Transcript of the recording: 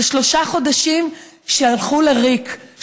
אלה שלושה חודשים שהלכו לריק,